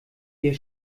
hier